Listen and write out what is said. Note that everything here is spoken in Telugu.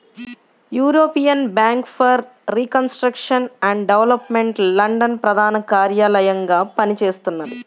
European bank for reconstruction and development London ప్రధాన కార్యాలయంగా పనిచేస్తున్నది